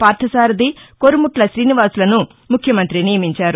పార్లసారధి కొరుముట్ల శ్రీనివాసులను ముఖ్యమం్రతి నియమించారు